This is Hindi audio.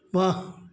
वाह